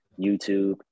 YouTube